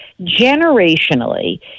generationally